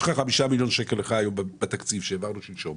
יש לך 5 מיליון שקלים בתקציב שהעברנו שלשום